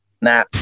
nah